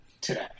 today